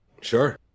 Sure